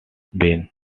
been